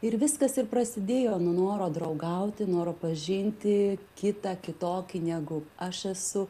ir viskas ir prasidėjo nuo noro draugauti noro pažinti kitą kitokį negu aš esu